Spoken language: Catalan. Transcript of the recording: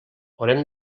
haurem